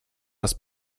raz